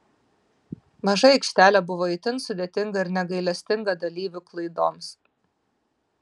maža aikštelė buvo itin sudėtinga ir negailestinga dalyvių klaidoms